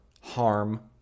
harm